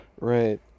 right